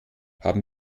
haben